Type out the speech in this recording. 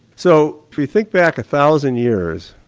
so you think back a thousand years,